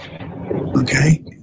okay